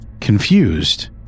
Confused